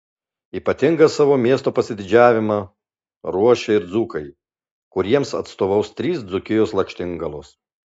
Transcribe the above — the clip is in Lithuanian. ypatingą savo miesto pasididžiavimą ruošia ir dzūkai kuriems atstovaus trys dzūkijos lakštingalos